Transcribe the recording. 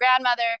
grandmother